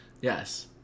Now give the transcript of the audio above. Yes